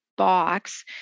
box